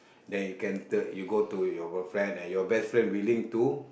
then you can the you go to your boyfriend and your best friend willing to